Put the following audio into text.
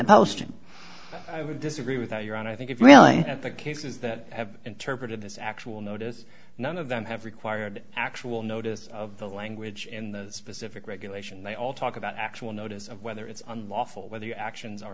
would disagree with your own i think it's really the cases that have interpreted this actual notice none of them have required actual notice of the language in the specific regulation they all talk about actual notice of whether it's unlawful whether the actions are